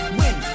win